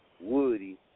Woody